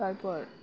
তারপর